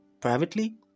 privately